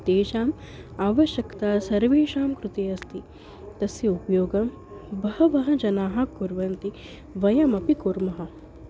तेषाम् आवश्यकता सर्वेषां कृते अस्ति तस्य उपयोगं बहवः जनाः कुर्वन्ति वयमपि कुर्मः